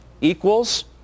equals